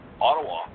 Ottawa